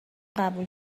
قبول